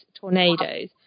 tornadoes